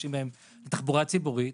משתמשים בהם בתחבורה הציבורית,